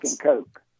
coke